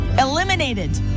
Eliminated